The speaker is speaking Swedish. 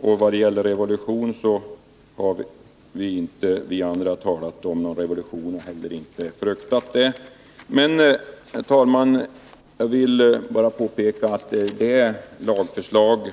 Någon revolution har inte vi andra talat om, och inte heller har vi fruktat den.